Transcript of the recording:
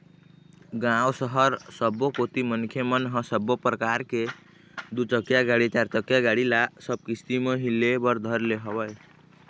गाँव, सहर सबो कोती मनखे मन ह सब्बो परकार के दू चकिया गाड़ी, चारचकिया गाड़ी ल सब किस्ती म ही ले बर धर ले हवय